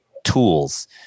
Tools